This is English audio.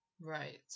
Right